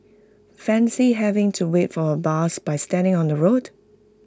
fancy having to wait for A bus by standing on the road